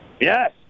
Yes